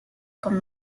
con